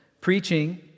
preaching